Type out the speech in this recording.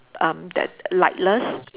um that lightless